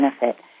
benefit